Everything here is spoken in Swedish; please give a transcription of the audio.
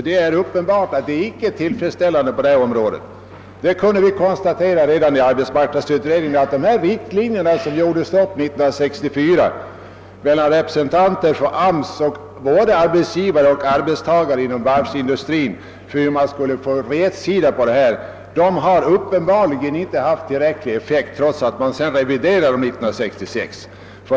Det är uppenbart att förhållandena icke är tillfredsställande på det området. Redan i arbetsmarknadsutredningen kunde = vi konstatera att de riktlinjer för hur man skulle få rätsida på detta, som drogs upp 1964 i samarbete mellan representanter för både AMS, arbetsgivare och arbetstagare inom varvsindustrin, uppenbarligen inte haft tillräcklig effekt. De reviderades senare, år 1966.